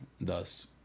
thus